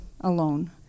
alone